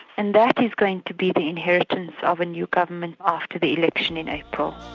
and that is going to be the inheritance of a new government after the election in april.